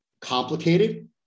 complicated